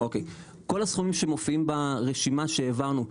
כל הסכומים שמופיעים ברשימה שהעברנו,